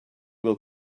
will